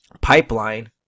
pipeline